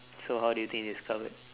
so how do you think it's discovered